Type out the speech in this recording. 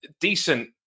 decent